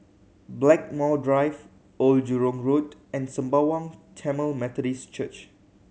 Blackmore Drive Old Jurong Road and Sembawang Tamil Methodist Church